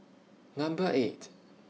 Number eight